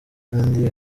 kandi